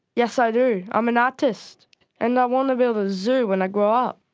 yes, i do, i'm an artist and i want to build a zoo when i grow up.